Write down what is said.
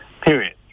period